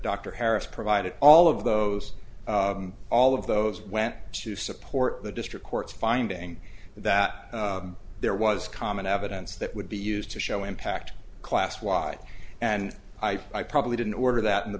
dr harris provided all of those all of those went to support the district court's finding that there was common evidence that would be used to show impact class why and i probably didn't order that